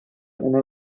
una